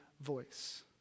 voice